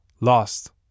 Lost